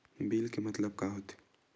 Bill के मतलब का होथे?